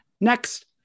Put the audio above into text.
Next